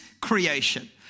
creation